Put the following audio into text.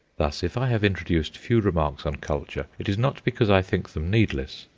thus, if i have introduced few remarks on culture, it is not because i think them needless.